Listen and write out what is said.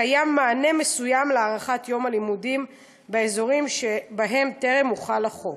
קיים מענה מסוים להארכת יום הלימודים באזורים שבהם טרם הוחל החוק.